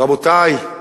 רבותי,